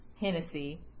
Hennessy